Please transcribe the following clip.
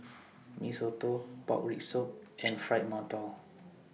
Mee Soto Pork Rib Soup and Fried mantou